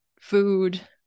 food